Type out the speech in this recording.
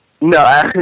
No